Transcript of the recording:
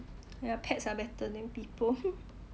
ya pets are better than people